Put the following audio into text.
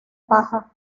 paja